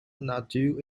nadu